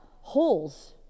holes